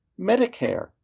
Medicare